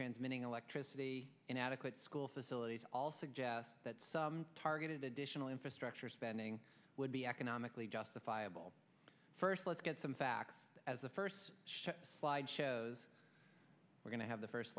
transmitting electricity inadequate school facilities all suggest that some targeted additional infrastructure spending would be economically justifiable first some facts as the first slide shows we're going to have the first